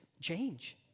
change